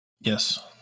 Yes